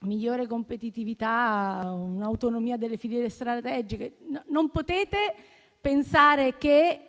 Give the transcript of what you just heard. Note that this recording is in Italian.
migliore competitività, un'autonomia delle filiere strategiche, non potete pensare che,